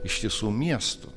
ištisų miestų